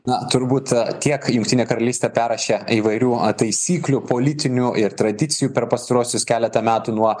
na turbūt kiek jungtinė karalystė perrašė įvairių taisyklių politinių ir tradicijų per pastaruosius keletą metų nuo